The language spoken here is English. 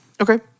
Okay